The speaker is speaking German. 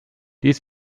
dies